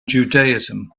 judaism